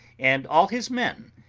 and all his men,